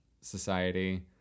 society